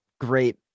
great